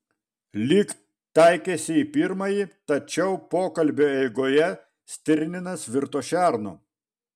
lyg taikėsi į pirmąjį tačiau pokalbio eigoje stirninas virto šernu